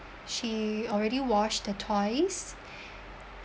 she already wash the toys